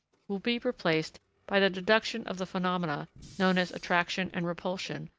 will be replaced by the deduction of the phenomena known as attraction and repulsion,